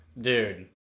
Dude